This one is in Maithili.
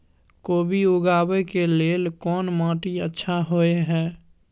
कोबी उगाबै के लेल कोन माटी अच्छा होय है?